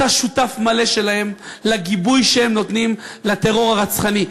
אתה שותף מלא שלהם לגיבוי שהם נותנים לטרור הרצחני.